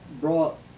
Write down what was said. brought